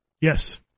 Yes